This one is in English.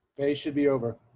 they should be over.